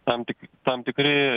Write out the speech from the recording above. tam tik tam tikri